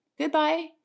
Goodbye